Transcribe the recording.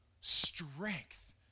strength